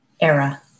era